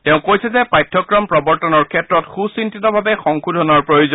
তেওঁ কৈছে যে পাঠ্যক্ৰম প্ৰৱৰ্তনৰ ক্ষেত্ৰত সুচিন্তিতভাৱে সংশোধনৰ প্ৰয়োজন